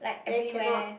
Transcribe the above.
then cannot